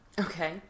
Okay